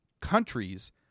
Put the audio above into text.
countries